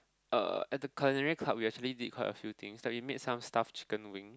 uh at the culinary club we actually did quite a few things that we made some stuffed chicken wing